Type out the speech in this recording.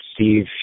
Steve